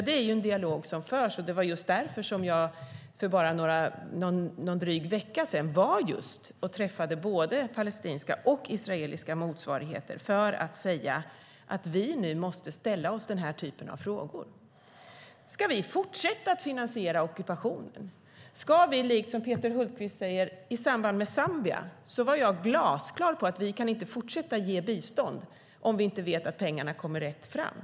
Det är en dialog som förs, och det var just därför jag för bara någon dryg vecka sedan träffade både palestinska och israeliska motsvarigheter för att säga att vi nu måste ställa oss den här typen av frågor: Ska vi fortsätta att finansiera ockupationen? Som Peter Hultqvist säger var jag i samband med Zambia glasklar med att vi inte kan fortsätta ge bistånd om vi inte vet att pengarna kommer fram på rätt sätt.